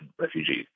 refugees